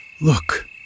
Look